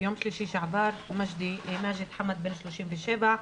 ביום שלישי שעבר מאג'ד חאמד, בן 37,